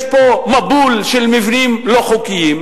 יש פה מבול של מבנים לא חוקיים,